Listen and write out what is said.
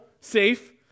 safe